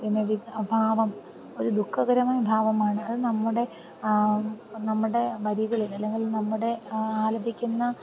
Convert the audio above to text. പിന്നെ അഭാവം ഒരു ദുഃഖകരമായ ഭാവമാണ് അത് നമ്മുടെ നമ്മുടെ വരികളിൽ അല്ലെങ്കിൽ നമ്മുടെ ആലപിക്കുന്ന